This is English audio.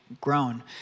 grown